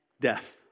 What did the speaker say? death